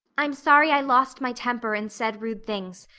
i'm sorry i lost my temper and said rude things,